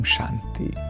Shanti